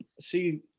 see